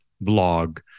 blog